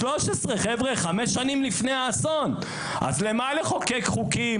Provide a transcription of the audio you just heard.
אז למה לחוקק חוקים?